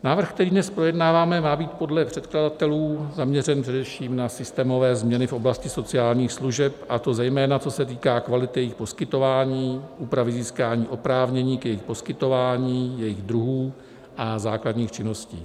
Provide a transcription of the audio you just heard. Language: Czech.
Návrh, který dnes projednáváme, má být podle předkladatelů zaměřen především na systémové změny v oblasti sociálních služeb, a to zejména co se týká kvality jejich poskytování, úpravy získání oprávnění k jejich poskytování, jejich druhů a základních činností.